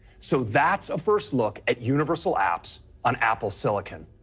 so that's a first look at universal apps on apple silicon.